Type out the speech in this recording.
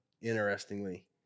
interestingly